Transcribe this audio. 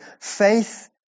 faith